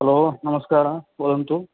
hello नमस्कारः वदन्तु